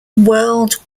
world